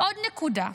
עוד נקודה,